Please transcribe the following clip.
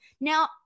now